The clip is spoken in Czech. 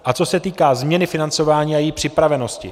A co se týká změny financování a její připravenosti.